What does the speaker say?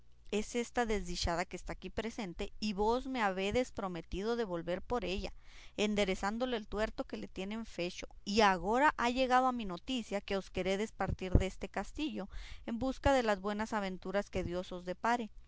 es esta desdichada que aquí está presente y vos me habedes prometido de volver por ella enderezándole el tuerto que le tienen fecho y agora ha llegado a mi noticia que os queredes partir deste castillo en busca de las buenas venturas que dios os depare